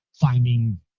finding